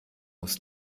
muss